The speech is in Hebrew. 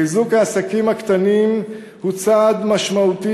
חיזוק העסקים הקטנים הוא צעד משמעותי